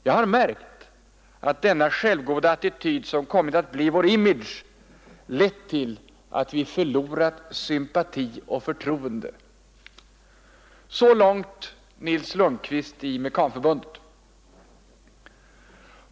Jag har märkt att denna självgoda attityd som kommit att bli vår image lett till att vi förlorat sympati och förtroende.” Så långt Nils Lundqvist i Mekanförbundet.